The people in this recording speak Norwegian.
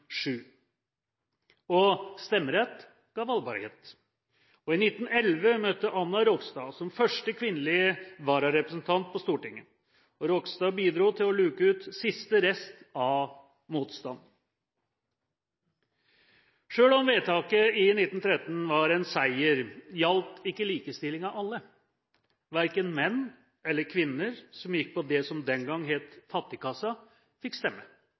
Stemmerett ga valgbarhet. I 1911 møtte Anna Rogstad som første kvinnelige vararepresentant på Stortinget. Rogstad bidro til å luke ut siste rest av motstand. Selv om vedtaket i 1913 var en seier, gjaldt ikke likestillingen alle. Verken menn eller kvinner som gikk på det som den gang het fattigkassa, fikk